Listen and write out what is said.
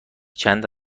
چند